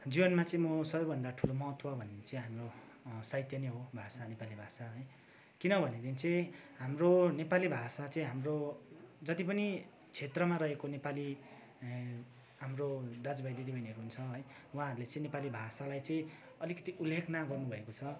जीवनमा चाहिँ म सबभन्दा ठुलो महत्त्व भनेको चाहिँ हाम्रो साहित्य नै हो भाषा नेपाली भाषा है किन भनेदेखि चाहिँ हाम्रो नेपाली भाषा चाहिँ हाम्रो जति पनि क्षेत्रमा रहेको नेपाली हाम्रो दाजु भाइ दिदी बहिनीहरू हुनु हुन्छ है उहाँहरूले चाहिँ नेपाली भाषालाई चाहिँ अलिकति अवहेलना गर्नु भएको छ